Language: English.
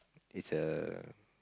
it's a